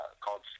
called